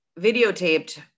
videotaped